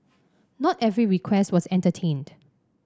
not every request was entertained